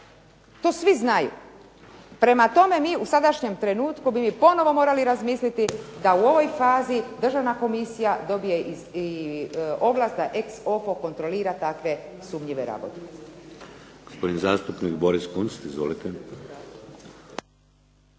to svi znaju. Prema tome, mi u sadašnjem trenutku bi ponovno morali razmisliti da u ovoj fazi državna komisija dobije ovlast da "ex oho" kontrolira takve sumnjive rabote.